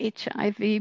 HIV